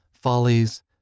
follies